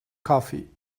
coffee